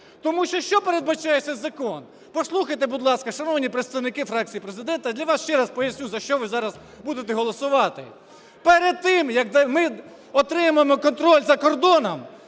Тому що, що передбачає цей закон? Послухайте, будь ласка, шановні представники фракції Президента, для вас ще раз поясню, за що ви зараз будете голосувати. Перед тим, як ми отримаємо контроль над кордоном,